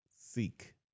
seek